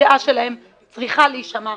הדעה שלהם צריכה להישמע.